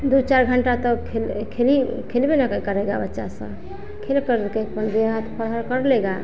दो चार घंटा तब खेल खेलि खेलिबे न करेगा बच्चा सब खेल करके अपन जे हाथ पाँव कर लेगा